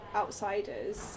outsiders